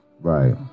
Right